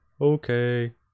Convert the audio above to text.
Okay